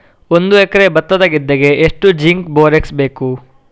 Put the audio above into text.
ಒಂದು ಎಕರೆ ಭತ್ತದ ಗದ್ದೆಗೆ ಎಷ್ಟು ಜಿಂಕ್ ಬೋರೆಕ್ಸ್ ಬೇಕು?